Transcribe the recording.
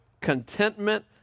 contentment